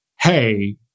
hey